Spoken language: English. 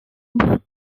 both